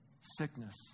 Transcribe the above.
sickness